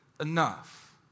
enough